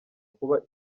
kuba